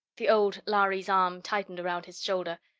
the old lhari's arm tightened around his shoulder.